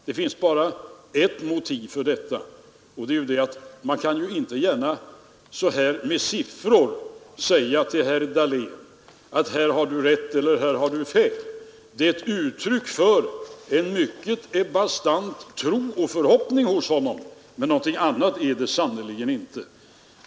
Det finns bara ett motiv för detta: man kan ju inte gärna med åberopande av siffror säga till herr Dahlén att den ene har rätt och den andre har fel. Det är ett uttryck för en mycket bastant tro och förhoppning hos honom, men någonting annat är det sannerligen inte.